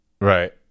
Right